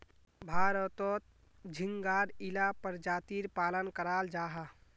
भारतोत झिंगार इला परजातीर पालन कराल जाहा